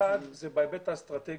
האחד הוא בהיבט האסטרטגי.